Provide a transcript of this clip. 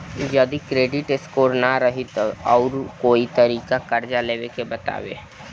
जदि credit score ना रही त आऊर कोई तरीका कर्जा लेवे के बताव?